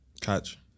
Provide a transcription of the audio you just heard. Catch